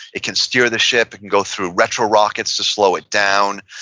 it can steer the ship. it can go through retrorockets to slow it down.